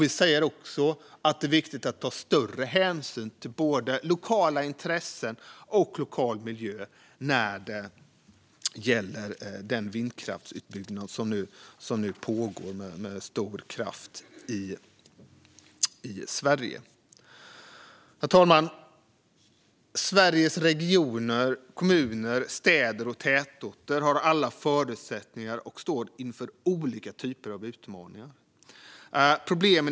Vi säger också att det är viktigt att ta större hänsyn till både lokala intressen och lokal miljö när det gäller den vindkraftsutbyggnad som nu pågår i stor omfattning i Sverige. Herr talman! Sveriges regioner, kommuner, städer och tätorter har alla olika förutsättningar och står inför olika typer av utmaningar.